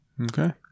Okay